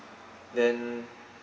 then